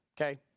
Okay